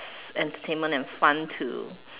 entertainment and fun to